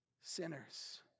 sinners